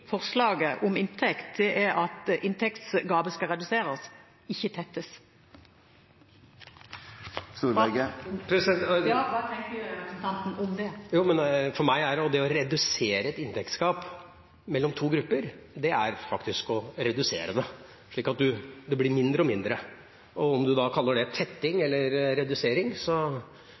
forslaget om inntekt, er at inntektsgapet skal reduseres, ikke tettes. Hva tenker representanten om det? For meg er det å redusere et inntektsgap mellom to grupper faktisk å redusere det, slik at det blir mindre og mindre. Om du kaller det tetting eller redusering,